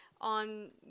on